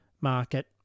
market